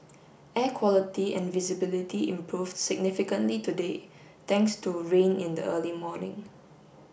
air quality and visibility improved significantly today thanks to rain in the early morning